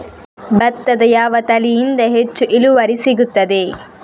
ಭತ್ತದ ಯಾವ ತಳಿಯಿಂದ ಹೆಚ್ಚು ಇಳುವರಿ ಸಿಗುತ್ತದೆ?